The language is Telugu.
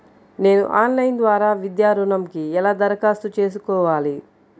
నేను ఆన్లైన్ ద్వారా విద్యా ఋణంకి ఎలా దరఖాస్తు చేసుకోవాలి?